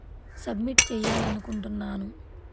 submit చెయ్యాలి అనుకుంటున్నాను